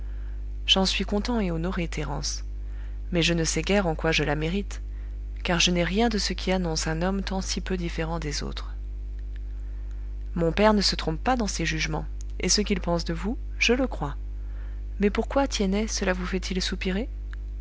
j'en suis content et honoré thérence mais je ne sais guère en quoi je la mérite car je n'ai rien de ce qui annonce un homme tant si peu différent des autres mon père ne se trompe pas dans ses jugements et ce qu'il pense de vous je le crois mais pourquoi tiennet cela vous fait-il soupirer